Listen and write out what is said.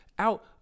Out